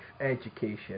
education